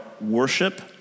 worship